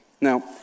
Now